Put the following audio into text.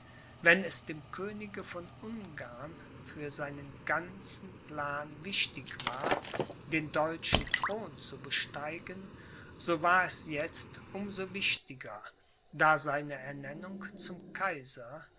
wenn es dem könige von ungarn für seinen ganzen plan wichtig war den deutschen thron zu besteigen so war es jetzt um so wichtiger da seine ernennung zum kaiser